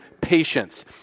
patience